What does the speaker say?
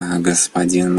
господин